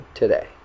today